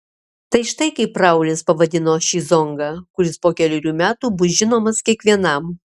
tai štai kaip raulis pavadino šį zongą kuris po kelerių metų bus žinomas kiekvienam